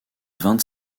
vingt